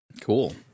Cool